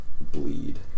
bleed